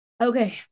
Okay